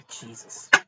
Jesus